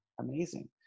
amazing